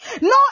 No